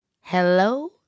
Hello